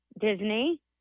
Disney